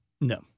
No